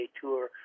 tour